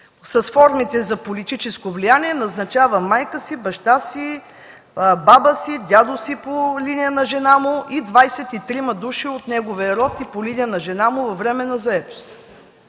с формите за политическо влияние назначава майка си, баща си, баба си, дядо си по линия на жена му и 23 души от неговия род и по линия на жена му във временна заетост.